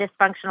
dysfunctional